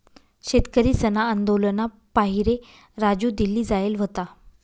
शेतकरीसना आंदोलनना पाहिरे राजू दिल्ली जायेल व्हता